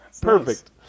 Perfect